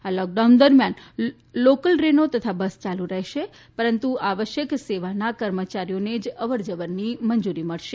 આ લોકડાઉન દરમ્યાન લોકલ દ્રેનો તથા બસ ચાલુ રહેશે પરંતુ આવશ્યક સેવાના કર્મચારીઓને જ અવર જવરની મંજૂરી મળશે